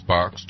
Box